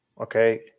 Okay